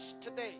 today